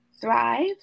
thrive